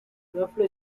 roughly